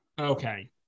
Okay